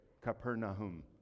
Capernaum